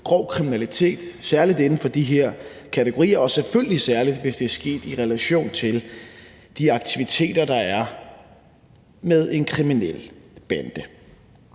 grov kriminalitet, særlig inden for de her kategorier, og selvfølgelig særlig, hvis det er sket i relation til de aktiviteter, der er med en kriminel bande.